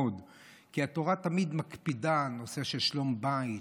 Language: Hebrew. כי התורה תמיד מקפידה על נושא של שלום בית,